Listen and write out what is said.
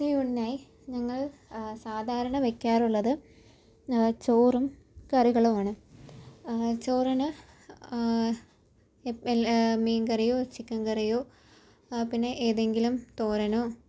ഉച്ചയൂണിനായി ഞങ്ങൾ സാധാരണ വയ്ക്കാറുള്ളത് ചോറും കറികളുമാണ് ചോറിന് ഇപ്പല് മീൻ കറിയോ ചിക്കൻ കറിയോ പിന്നെ ഏതെങ്കിലും തോരനോ